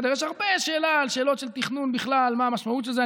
יש הרבה שאלות של תכנון בכלל, מה המשמעות של זה.